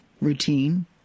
routine